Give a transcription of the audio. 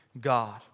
God